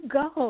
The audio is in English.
go